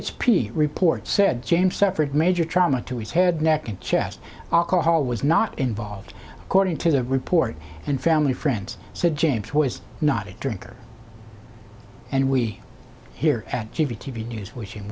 h p report said james suffered major trauma to his head neck and chest alcohol was not involved according to the report and family friends said james was not a drinker and we here at t v t v news wishing